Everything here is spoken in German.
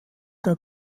der